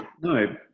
No